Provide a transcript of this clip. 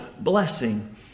blessing